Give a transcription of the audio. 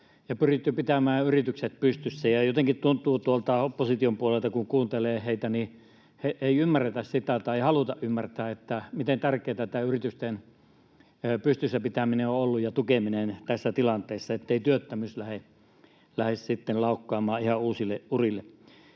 ja pyritty pitämään yritykset pystyssä. Jotenkin tuntuu, kun tuolta opposition puolelta kuuntelee heitä, että ei ymmärretä sitä tai ei haluta ymmärtää, miten tärkeätä tämä yritysten pystyssä pitäminen ja tukeminen tässä tilanteessa on ollut, ettei työttömyys lähde sitten laukkaamaan ihan uusille urille.